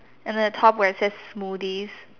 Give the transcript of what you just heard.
and then the top where it says smoothies